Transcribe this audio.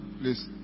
Please